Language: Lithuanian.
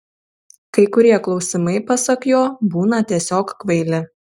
kai kurie klausimai pasak jo būna tiesiog kvaili